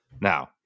Now